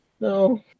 no